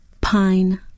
Pine